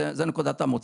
זו נקודת המוצא.